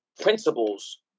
principles